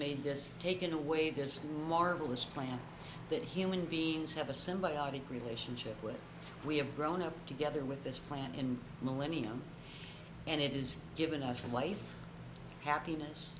made this taken away his marvelous plan that human beings have a symbiotic relationship with we have grown up together with this plan in millennium and it is given us and life happiness